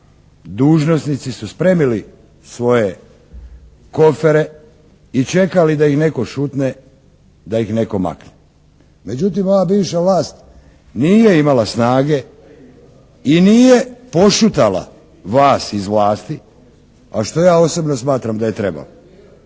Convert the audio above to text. dužnosnici su spremili svoje kofere i čekali da ih netko šutne, da ih netko makne. Međutim, ova bivša vlast nije imala snage i nije pošutala vas iz vlasti, a što ja osobno smatram da je trebao,